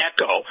Echo